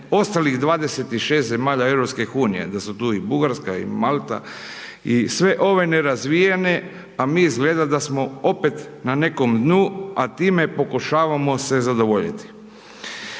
ostalih 26 zemalja EU, da su tu i Bugarska i Malta i sve ove nerazvijene, a mi izgleda da smo opet na nekom dnu, a time pokušavamo se zadovoljiti.